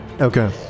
Okay